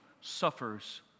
suffers